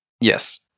Yes